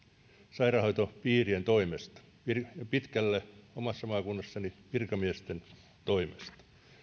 sairaanhoitopiirien toimesta omassa maakunnassani pitkälle virkamiesten toimesta